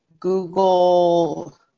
Google